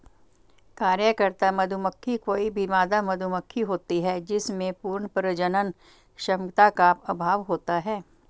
कार्यकर्ता मधुमक्खी कोई भी मादा मधुमक्खी होती है जिसमें पूर्ण प्रजनन क्षमता का अभाव होता है